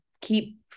keep